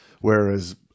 whereas